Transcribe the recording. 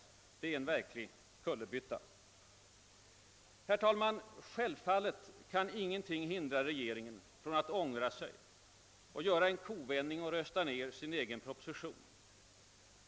Det är en verklig kullerbytta. Herr talman! Självfallet kan ingenting hindra regeringen från att ångra sig och att göra en kovändning och rösta ned sin egen proposition.